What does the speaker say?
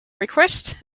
request